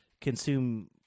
consume